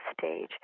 stage